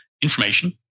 information